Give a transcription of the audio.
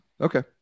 okay